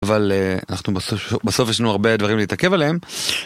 אבל אנחנו בסוף יש לנו הרבה דברים להתעכב עליהם.